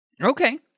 Okay